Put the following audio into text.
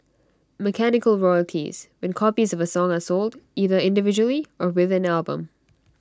mechanical royalties when copies of A song are sold either individually or with an album